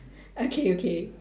okay okay